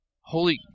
Holy